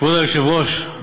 כבוד היושב-ראש,